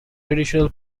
traditional